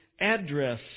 address